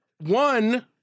One